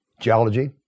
Geology